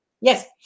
yes